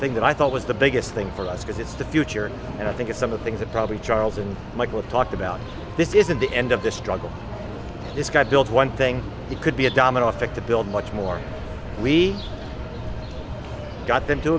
thing that i thought was the biggest thing for us because it's the future and i think it's some of the things that probably charles and michael talked about this isn't the end of the struggle it's got built one thank you could be a domino effect to build much more we got them to